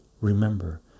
Remember